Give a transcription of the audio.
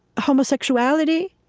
homosexuality